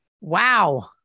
Wow